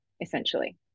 essentially